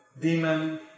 demon